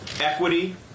equity